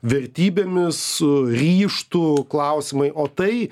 vertybėmis ryžtu klausimai o tai